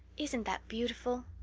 isn't that beautiful?